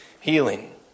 Healing